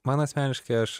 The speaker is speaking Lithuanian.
man asmeniškai aš